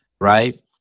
right